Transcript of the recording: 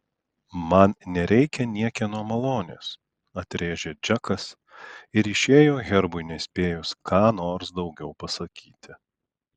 man nereikia niekieno malonės atrėžė džekas ir išėjo herbui nespėjus ką nors daugiau pasakyti